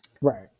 Right